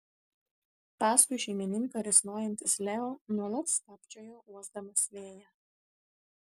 paskui šeimininką risnojantis leo nuolat stabčiojo uosdamas vėją